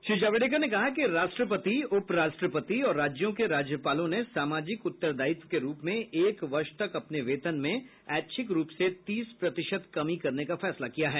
श्री जावड़ेकर ने कहा कि राष्ट्रपति उपराष्ट्रपति और राज्यों के राज्यपालों ने सामाजिक उत्तर दायित्व के रूप में एक वर्ष तक अपने वेतन में एच्छिक रूप से तीस प्रतिशत कमी करने का फैसला किया है